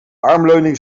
armleuning